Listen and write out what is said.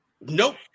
nope